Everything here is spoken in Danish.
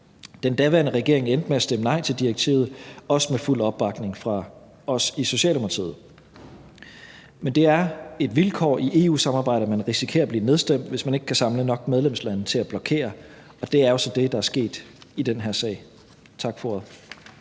Den daværende regering endte med at stemme nej til direktivet, også med fuld opbakning fra os i Socialdemokratiet. Men det er et vilkår i EU-samarbejdet, at man risikerer at blive nedstemt, hvis man ikke kan samle nok medlemslande til at blokere, og det er jo så det, der er sket i den her sag. Tak for ordet.